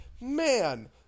man